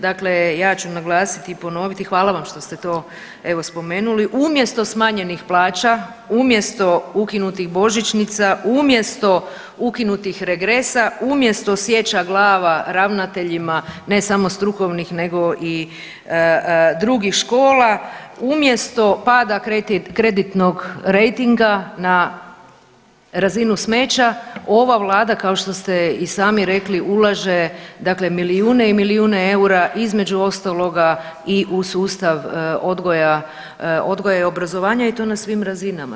Dakle, ja ću naglasiti i ponoviti, hvala vam što ste to evo spomenuli, umjesto smanjenih plaća, umjesto ukinutih božićnica, umjesto ukinutih regresa, umjesto sječa glava ravnateljima ne samo strukovnih nego i drugih škola, umjesto pada kreditnog rejtinga na razinu smeća ova vlada kao što ste i sami rekli ulaže dakle milijune i milijune eura između ostaloga i u sustav odgoja, odgoja i obrazovanja i to na svim razinama.